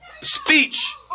speech